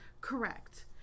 Correct